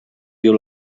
viu